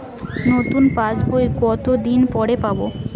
নতুন পাশ বই কত দিন পরে পাবো?